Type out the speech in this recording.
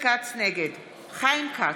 נגד חיים כץ,